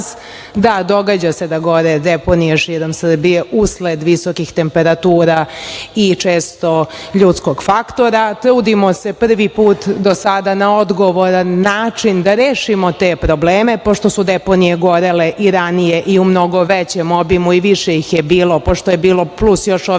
da događa se da gore deponije širom Srbije usred visokih temperatura i često ljudskog faktora trudimo se prvi put do sada na odgovoran način da rešimo te probleme pošto su deponije gorele i ranije i u mnogo većem obimu i više ih je bilo pošto je bilo plus još ovih